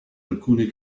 alcuni